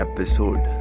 Episode